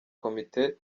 komite